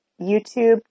YouTube